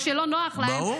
כשלא נוח להם,